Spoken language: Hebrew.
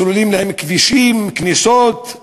סוללים להן כבישים, כניסות.